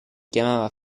chiamava